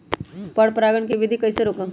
पर परागण केबिधी कईसे रोकब?